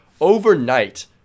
overnight